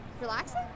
relaxing